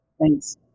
Thanks